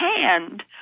hand